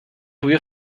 wir